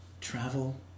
travel